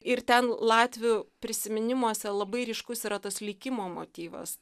ir ten latvių prisiminimuose labai ryškus yra tas likimo motyvas